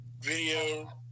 video